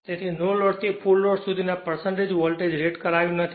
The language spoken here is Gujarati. તેથી નો લોડથી ફુલ લોડ સુધીના વોલ્ટેજ રેટ કરાયું નથી